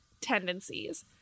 tendencies